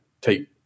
take